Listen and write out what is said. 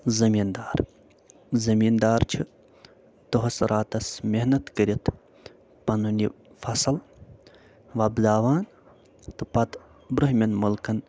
زٔمیٖن دار زٔمیٖن دار چھِ دۄہس راتس محنت کٔرِتھ پنُن یہِ فصل وۄبداوان تہٕ پتہٕ برٛوہمٮ۪ن مُلکن